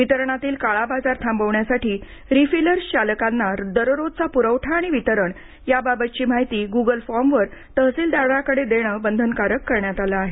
वितरणातील काळाबाजार थांबविण्यासाठी रिफिलर्स चालकांना दररोजचा पुरवठा आणि वितरण याबाबतची माहिती गुगल फॉर्मवर तहसीलदाराकडे देण बंधनकारक करण्यात आलं आहे